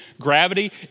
gravity